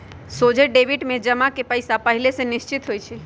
सोझे डेबिट में जमा के पइसा पहिले से निश्चित होइ छइ